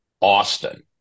Austin